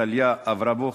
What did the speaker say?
טליה אברבוך,